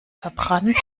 verbrannt